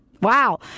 Wow